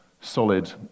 solid